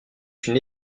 une